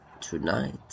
Tonight